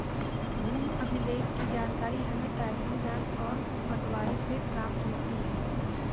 भूमि अभिलेख की जानकारी हमें तहसीलदार और पटवारी से प्राप्त होती है